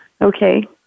Okay